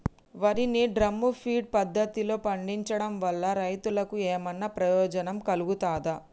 వరి ని drum feed పద్ధతిలో పండించడం వల్ల రైతులకు ఏమన్నా ప్రయోజనం కలుగుతదా?